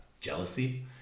jealousy